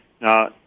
Now